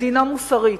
מדינה מוסרית.